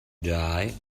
die